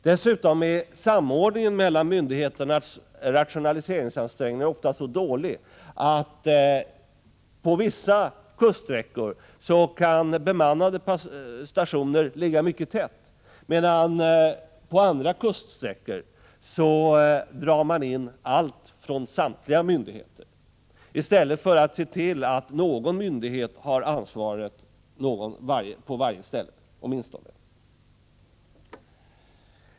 Dessutom är samordningen mellan myndigheternas rationaliseringsansträngningar ofta så dålig att bemannade stationer på vissa kuststräckor kan ligga mycket tätt, medan man när det gäller andra kuststräckor dragit in allt från samtliga myndigheters sida i stället för att se till att det på varje ställe finns åtminstone någon myndighet som har ansvaret.